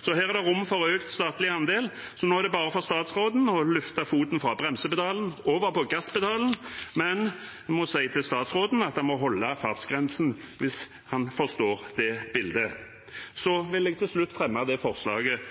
så her er det rom for økt statlig andel. Nå er det bare for statsråden å løfte foten fra bremsepedalen over på gasspedalen, men jeg må si til statsråden at han må holde fartsgrensen – hvis han forstår bildet. Til slutt vil jeg